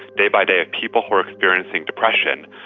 day by day of people who are experiencing depression.